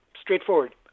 straightforward